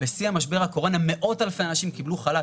בשיא משבר הקורונה מאות אלפי אנשים קיבלו חל"ת,